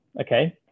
okay